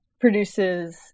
produces